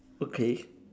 okay